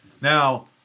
Now